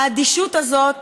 האדישות הזאת